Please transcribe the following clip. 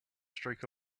strike